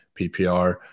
PPR